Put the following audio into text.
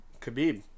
Khabib